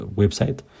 website